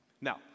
Now